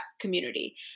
community